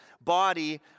body